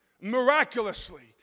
miraculously